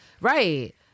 Right